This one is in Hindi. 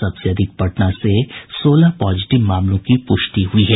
सबसे अधिक पटना से सोलह पॉजिटिव मामलों की पुष्टि हुई है